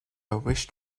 wished